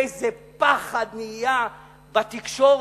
איזה פחד נהיה בתקשורת,